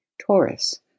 Taurus